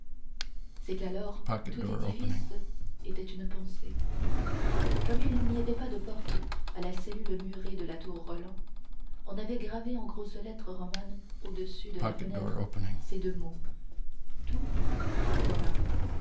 c'est qu'alors tout édifice était une pensée comme il n'y avait pas de porte à la cellule murée de la tour roland on avait gravé en grosses lettres romanes au-dessus de la fenêtre ces deux mots tu ora